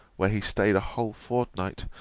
where he staid a whole fortnight,